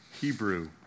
Hebrew